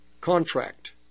contract